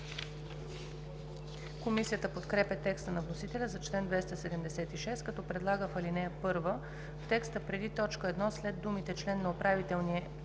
Комисията подкрепя текста на вносителя за чл. 276, като предлага в ал. 1, в текста преди т. 1 след думите „член на управителен